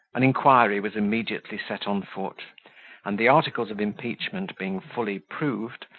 an inquiry was immediately set on foot and the articles of impeachment being fully proved,